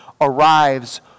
arrives